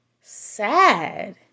sad